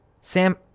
Sam